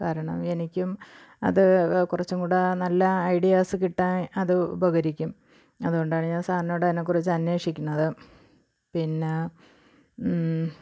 കാരണം എനിക്കും അത് കുറച്ചും കൂടെ നല്ല ഐഡിയാസ് കിട്ടാൻ അത് ഉപകരിക്കും അത് കൊണ്ടാണ് ഞാൻ സാറിനോട് അതിനെ കുറിച്ച് അന്വേഷിക്കുന്നതും പിന്നെ